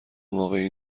واقعی